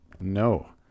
No